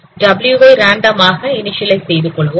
W வை random ஆக initialise செய்து கொள்வோம்